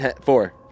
Four